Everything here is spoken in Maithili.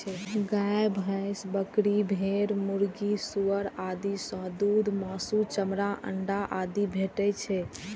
गाय, भैंस, बकरी, भेड़, मुर्गी, सुअर आदि सं दूध, मासु, चमड़ा, अंडा आदि भेटै छै